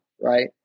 right